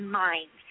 mind